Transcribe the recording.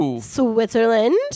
Switzerland